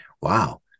wow